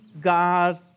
God